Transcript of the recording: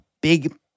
big